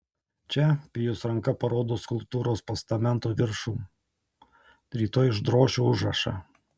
čia pijus ranka parodo skulptūros postamento viršų rytoj išdrošiu užrašą